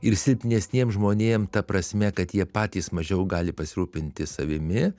ir silpnesniems žmonėm ta prasme kad jie patys mažiau gali pasirūpinti savimi